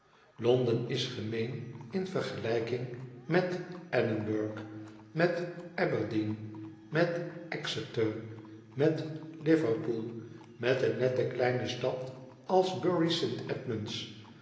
don is gemeen in vergelijking met e d in burg met a berdeen metexeter met liverpool met een nette kleine stad als bury st edmonds